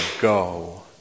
go